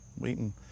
waiting